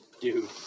dude